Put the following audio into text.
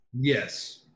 Yes